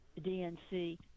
dnc